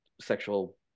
sexual